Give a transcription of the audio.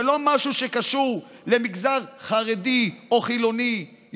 זה לא משהו שקשור למגזר חרדי או חילוני,